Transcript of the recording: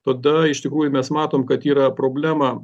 tada iš tikrųjų mes matom kad yra problema